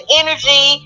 energy